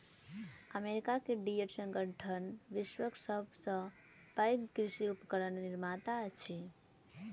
America के Deere संगठन विश्वक सभ सॅ पैघ कृषि उपकरण निर्माता अछि